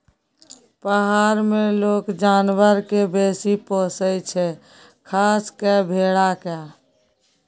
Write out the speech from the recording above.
पहार मे लोक जानबर केँ बेसी पोसय छै खास कय भेड़ा केँ